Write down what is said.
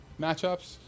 matchups